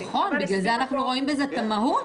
נכון, בגלל זה אנחנו רואים בזה את המהות.